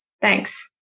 Thanks